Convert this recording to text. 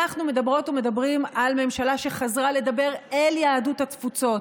אנחנו מדברות ומדברים על ממשלה שחזרה לדבר אל יהדות התפוצות.